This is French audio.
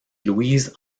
louise